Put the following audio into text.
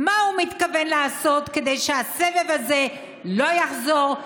מה הוא מתכוון לעשות כדי שהסבב הזה לא יחזור,